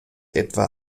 etwa